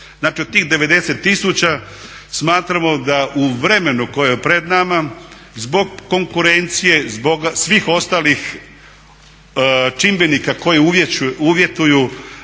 od tih 90 tisuća smatramo da u vremenu koje je pred nama zbog konkurencije, zbog svih ostalih čimbenika koji uvjetuju